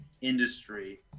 industry